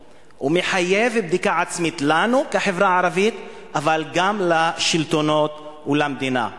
ומחייב בדיקה עצמית לנו כחברה ערבית אבל גם לשלטונות ולמדינה.